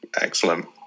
Excellent